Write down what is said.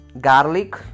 garlic